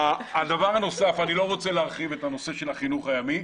אני לא רוצה להרחיב בנושא של החינוך הימי.